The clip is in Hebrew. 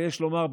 ויש לומר,